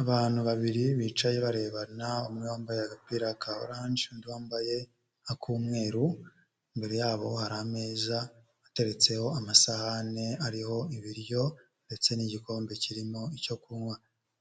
Abantu babiri bicaye barebana umwe wambaye agapira ka oranje undi wambaye ak'umweru, imbere yabo hari ameza ateretseho amasahane ariho ibiryo ndetse n'igikombe kirimo icyo kunywa,